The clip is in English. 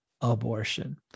abortion